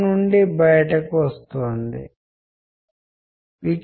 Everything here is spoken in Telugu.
మరియు ఫిల్టర్లు అనేవి ఇంటర్ప్రిటేషన్తో మనకు సహాయపడే విషయాలు